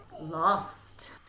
lost